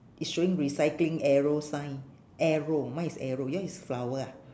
it's showing recycling arrow sign arrow mine is arrow yours is flower ah